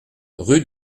rue